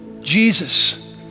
Jesus